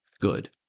good